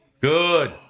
Good